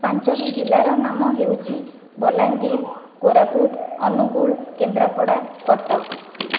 ପାଞ୍ଚଟି ଜିଲ୍ଲାର ନାମ ହେଉଛି ବଲାଙ୍ଗୀର କୋରାପୁଟ ଅନୁଗୁଳ କେନ୍ଦ୍ରାପଡ଼ା କଟକ